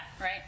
right